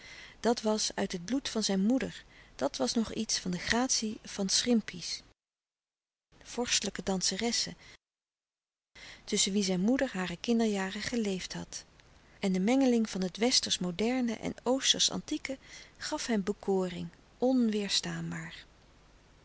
dat was uit het bloed van zijn moeder dat was nog iets van de gratie van srimpi s tusschen wie zijn moeder hare kinderjaren geleefd had en de mengeling van het westersch moderne en oostersch antieke gaf hem bekoring onweêrstaanbaar